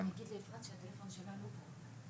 לגבי סעיף התחילה של סעיף 27א,